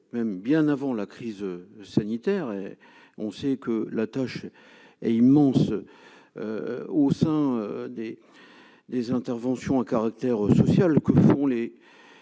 même, bien avant la crise sanitaire, on sait que la tâche est immense au sein des des interventions à caractère social qu'au fond les